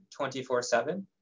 24-7